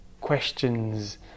questions